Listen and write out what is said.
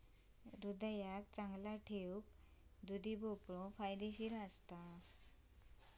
हृदयाक चांगलो ठेऊक दुधी भोपळो फायदेशीर असता